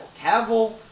Cavill